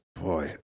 boy